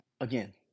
Again